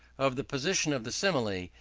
of the position of the simile,